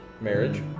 marriage